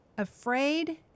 afraid